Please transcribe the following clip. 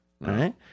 right